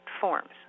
forms